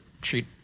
treat